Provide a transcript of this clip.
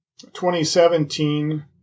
2017